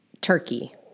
Turkey